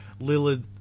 Lillard